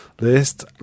list